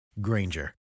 Granger